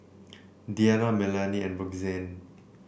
Deanna Melany and Roxanne